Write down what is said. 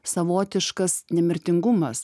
savotiškas nemirtingumas